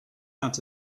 out